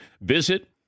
Visit